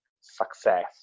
success